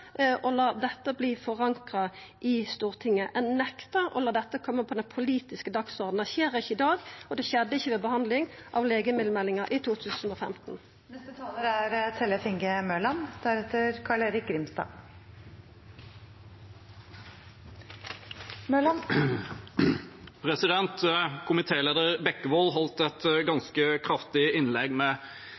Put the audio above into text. la dette verta forankra i Stortinget, nektar å la dette koma på den politiske dagsordenen. Det skjer ikkje i dag, og det skjedde ikkje ved behandlinga av legemiddelmeldinga i